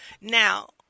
Now